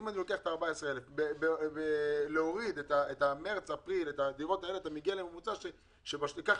אם לוקחים 14,000 ומורידים את מרץ ואפריל אנחנו מגיעים לממוצע של רבעון,